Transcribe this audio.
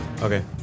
Okay